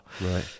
Right